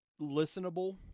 listenable